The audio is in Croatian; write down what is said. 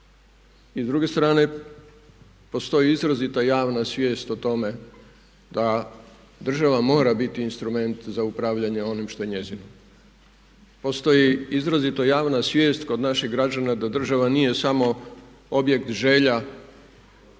I s druge strane postoji izrazita javna svijest o tome da država mora biti instrument za upravljanje onim što je njezino. Postoji izrazito javna svijest kod naših građana da država nije samo objekt želja